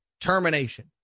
termination